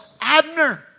Abner